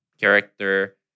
character